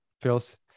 feels